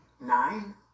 Nine